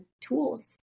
tools